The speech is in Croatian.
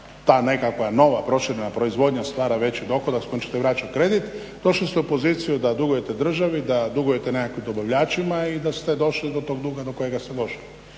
ta nekakva nova proširena proizvodnja stvara veći dohodak s kojim ćete vraćat kredit, došli ste u poziciju da dugujete državi, da dugujete nekakvim dobavljačima i da ste došli do tog duga do kojega ste došli.